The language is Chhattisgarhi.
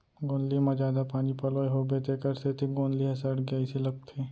गोंदली म जादा पानी पलोए होबो तेकर सेती गोंदली ह सड़गे अइसे लगथे